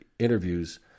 interviews